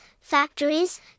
factories